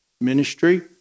ministry